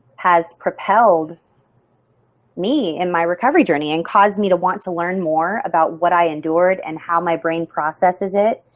has propelled me in my recovery journey and caused me to want to learn more about what i endured and how my brain processes it.